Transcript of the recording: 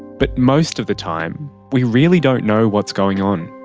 but most of the time we really don't know what's going on.